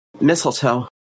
Mistletoe